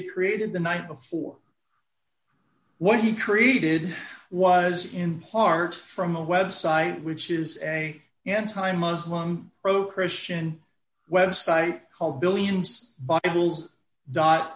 had created the night before what he created was in part from a website which is an anti muslim pro christian website called billions bottles dot